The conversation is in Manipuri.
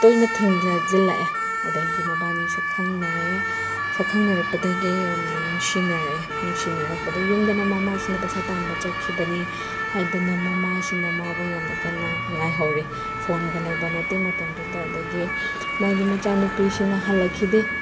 ꯇꯣꯏꯅ ꯊꯦꯡꯅꯁꯤꯜꯂꯛꯑꯦ ꯑꯗꯩꯗꯤ ꯃꯕꯥꯟꯅꯤ ꯁꯛꯈꯪꯅꯔꯛꯑꯦ ꯁꯛꯈꯪꯅꯔꯛꯄꯗꯒꯤ ꯌꯥꯝꯅ ꯅꯨꯁꯤꯅꯔꯛꯑꯦ ꯅꯨꯡꯁꯤꯅꯔꯛꯄꯗꯒꯤ ꯌꯨꯝꯗꯅ ꯃꯃꯥꯁꯤꯅ ꯄꯩꯁꯥ ꯇꯥꯟꯕ ꯆꯠꯈꯤꯕꯅꯤ ꯑꯗꯨꯅ ꯃꯃꯥꯁꯤꯅ ꯃꯥꯕꯨ ꯌꯥꯝꯅ ꯀꯟꯅ ꯉꯥꯏꯍꯧꯔꯤ ꯐꯣꯟꯒ ꯂꯩꯕ ꯅꯠꯇꯦ ꯃꯇꯝꯗꯨꯗ ꯑꯗꯒꯤ ꯃꯥꯒꯤ ꯃꯆꯥꯅꯨꯄꯤꯁꯤꯅ ꯍꯜꯂꯛꯈꯤꯗꯦ